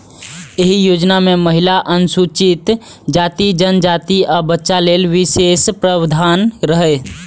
एहि योजना मे महिला, अनुसूचित जाति, जनजाति, आ बच्चा लेल विशेष प्रावधान रहै